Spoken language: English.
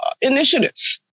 initiatives